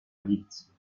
vite